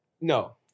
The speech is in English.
No